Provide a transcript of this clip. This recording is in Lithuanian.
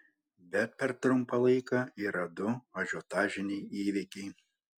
bet per trumpą laiką yra du ažiotažiniai įvykiai